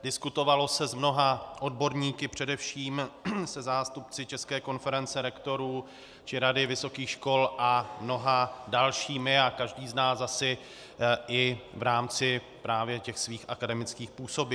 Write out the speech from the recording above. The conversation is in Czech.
Diskutovalo se s mnoha odborníky, především se zástupci České konference rektorů či Rady vysokých škol a mnoha dalšími, a každý z nás asi i v rámci právě těch svých akademických působišť.